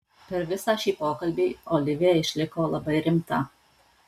per visą šį pokalbį olivija išliko labai rimta